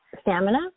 stamina